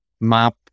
map